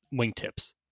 wingtips